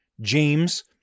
James